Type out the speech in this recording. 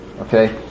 Okay